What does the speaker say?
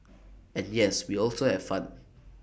and yes we also have fun